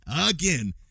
again